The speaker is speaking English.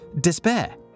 Despair